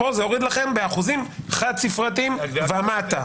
פה זה הוריד לכם באחוזים חד-ספרתיים ומטה.